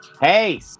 Hey